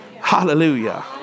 Hallelujah